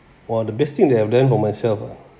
!wah! the best thing that I've done for myself ah